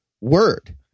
word